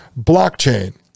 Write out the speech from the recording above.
blockchain